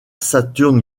saturn